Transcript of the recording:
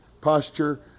posture